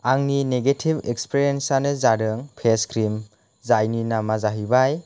आंनि negative experience आनो जादों फेस क्रिम जायनि नामा जाहैबाय